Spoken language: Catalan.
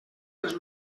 les